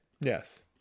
yes